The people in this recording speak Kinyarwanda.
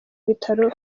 bitaro